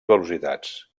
velocitats